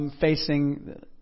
facing